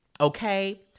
okay